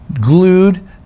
glued